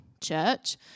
church